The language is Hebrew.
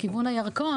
לכיוון הירקון,